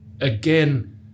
again